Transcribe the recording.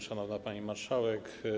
Szanowna Pani Marszałek!